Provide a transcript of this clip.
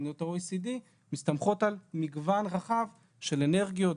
או מדינות ה-OECD מסתמכות על מגוון רחב של אנרגיות,